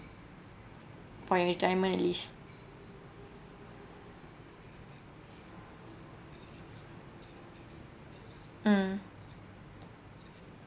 for retirement at least mm